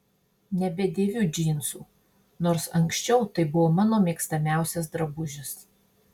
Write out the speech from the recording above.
nebedėviu džinsų nors anksčiau tai buvo mano mėgstamiausias drabužis